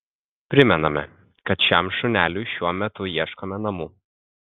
primename kad šiam šuneliui šiuo metu ieškome namų